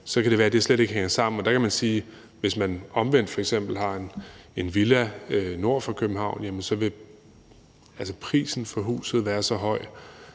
så kan det være, det slet ikke hænger sammen. Der kan man sige, at hvis der omvendt f.eks. er tale om en villa nord for København, så vil prisen for huset være så høj,